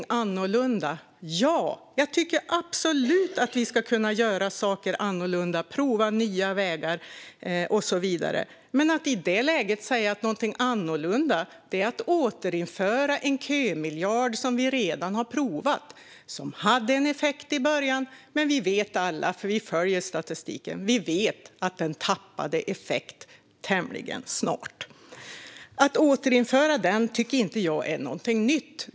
Jag tycker absolut att vi ska kunna göra saker annorlunda, prova nya vägar och så vidare. Men något annorlunda är inte att återinföra en kömiljard som vi redan har provat. Den hade en effekt i början, men vi vet alla - vi följer statistiken - att den tappade effekt tämligen snart. Att återinföra den tycker jag inte är något nytt.